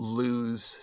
lose